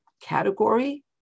category